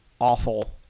awful